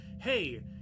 hey